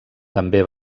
també